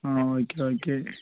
ah okay okay